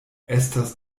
estas